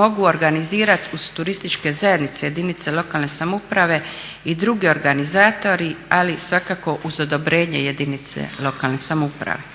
mogu organizirati uz turističke zajednice jedinice lokalne samouprave i drugi organizatori, ali svakako uz odobrenje jedinice lokalne samouprave.